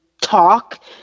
talk